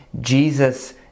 Jesus